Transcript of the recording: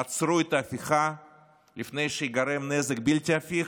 עצרו את ההפיכה לפני שייגרם נזק בלתי הפיך,